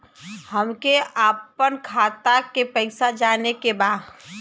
हमके आपन खाता के पैसा जाने के बा